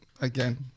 Again